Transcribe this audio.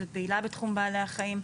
ופעילה בתחום בעלי החיים,